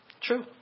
True